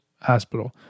hospital